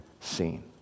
seen